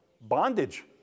Bondage